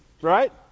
Right